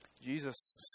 Jesus